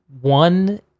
one